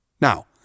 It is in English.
Now